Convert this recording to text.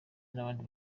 n’abandi